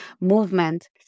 movement